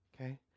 Okay